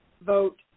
vote